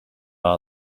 our